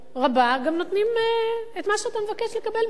רבה גם נותנים את מה שאתה מבקש לקבל מהם,